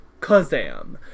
Kazam